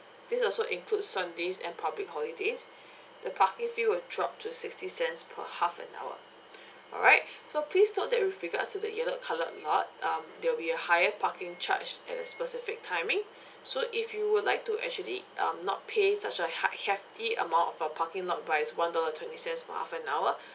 this also includes sundays and public holidays the parking fee will drop to sixty cents per half an hour alright so please note that with regards to the yellow coloured lot um there will be a higher parking charge at a specific timing so if you would like to actually um not pay such a hig~ hefty amount of uh parking lot one dollar and twenty cents per half an hour